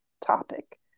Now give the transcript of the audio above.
topic